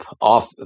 off